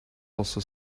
also